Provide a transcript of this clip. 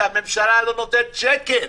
שהממשלה לא נותנת שקל.